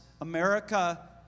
America